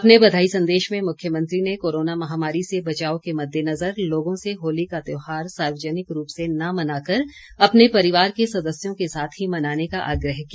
अपने बधाई संदेश में मुख्यमंत्री ने कोरोना महामारी से बचाव के मद्देनज़र लोगों से होली का त्योहार सार्वजनिक रूप से न मनाकर अपने परिवार के सदस्यों के साथ ही मनाने का आग्रह किया